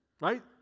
right